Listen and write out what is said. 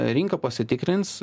rinka pasitikrins